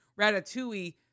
Ratatouille